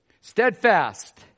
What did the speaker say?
Steadfast